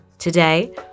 Today